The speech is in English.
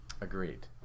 Agreed